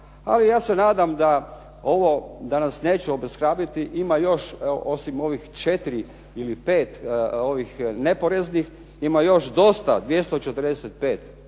Ali ja se nadam da nas neću obeshrabriti. Ima još osim ovih četiri ili pet neporeznih, ima još dosta, 245